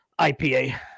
IPA